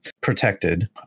protected